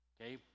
Okay